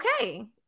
Okay